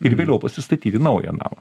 ir vėliau pasistatyti naują namą